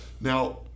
Now